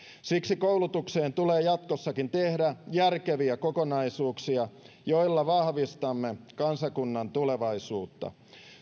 siksi koulutukseen tulee jatkossakin tehdä järkeviä kokonaisuuksia joilla vahvistamme kansakunnan tulevaisuutta